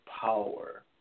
power